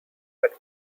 but